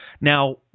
Now